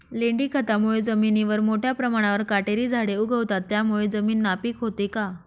लेंडी खतामुळे जमिनीवर मोठ्या प्रमाणावर काटेरी झाडे उगवतात, त्यामुळे जमीन नापीक होते का?